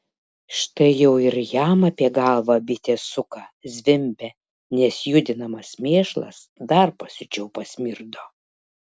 štai jau ir jam apie galvą bitė suka zvimbia nes judinamas mėšlas dar pasiučiau pasmirdo